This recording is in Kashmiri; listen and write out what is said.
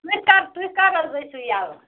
تُہۍ کَر تہۍ کَر حظ ٲسِو یَلہٕ